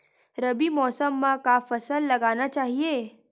रबी मौसम म का फसल लगाना चहिए?